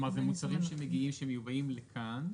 כלומר זה מוצרים שמיובאים לכאן,